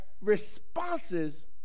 responses